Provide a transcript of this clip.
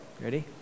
Ready